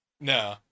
No